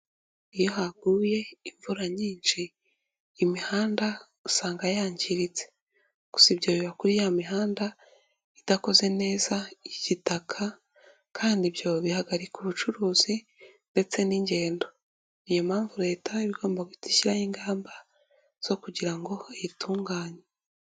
Iyo haguye imvura nyinshi, imihanda usanga yangiritse. Gusa ibyo biba kuri ya mihanda idakoze neza y'igitaka, kandi ibyo bihagarika ubucuruzi ndetse n'ingendo. Niyo mpamvu Leta iba igomba guhita ishyiraho ingamba, zo kugira ngo iyitunganye.